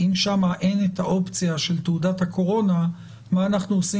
האם שם אין את האופציה של תעודת הקורונה מה אנחנו עושים